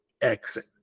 exit